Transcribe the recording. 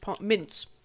mince